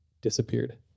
Disappeared